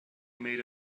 made